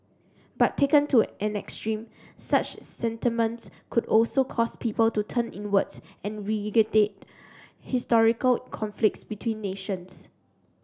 but taken to an extreme such sentiments could also cause people to turn inwards and historical conflicts between nations